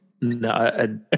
no